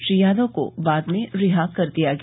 श्री यादव को बाद में रिहा कर दिया गया